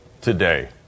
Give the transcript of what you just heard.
today